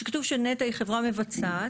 שכתוב שנת"ע היא חברה מבצעת,